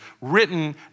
written